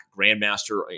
grandmaster